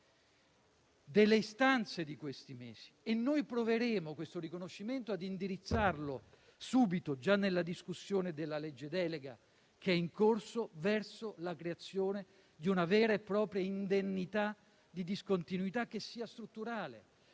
delle istanze di questi mesi e noi proveremo a indirizzarlo subito, già nella discussione della legge delega (che è in corso), verso la creazione di una vera e propria indennità di discontinuità che sia strutturale